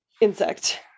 Insect